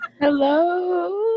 Hello